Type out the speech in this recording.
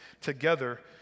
Together